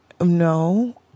No